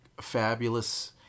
fabulous